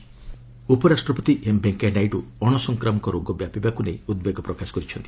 VP disease ଉପରାଷ୍ଟ୍ରପତି M Venkaiah Naidu ଅଣସକ୍ରାମକ ରୋଗ ବ୍ୟାପିବାକୁ ନେଇ ଉଦ୍ବେଗ ପ୍ରକାଶ କରିଛନ୍ତି